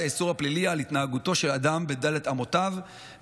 האיסור הפלילי על התנהגותו של אדם בד' אמותיו,